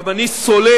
גם אני סולד,